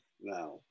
now